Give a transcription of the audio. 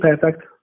perfect